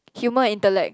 humour intellect